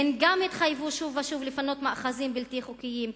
הן גם התחייבו שוב ושוב לפנות מאחזים בלתי חוקיים,